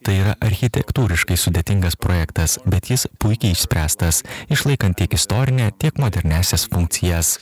tai yra architektūriškai sudėtingas projektas bet jis puikiai išspręstas išlaikant tiek istorinę tiek moderniąsias funkcijas